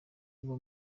kuva